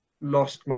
lost